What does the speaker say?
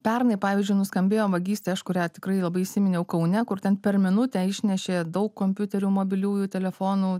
pernai pavyzdžiui nuskambėjo vagystė aš kurią tikrai labai įsiminiau kaune kur ten per minutę išnešė daug kompiuterių mobiliųjų telefonų